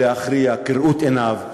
להחליט כאוות נפשו ויכול להכריע כראות עיניו.